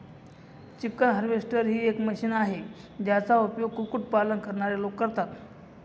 chicken harvester ही एक machine आहे, ज्याचा उपयोग कुक्कुट पालन करणारे लोक करतात